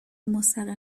مستقل